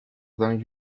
than